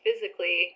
physically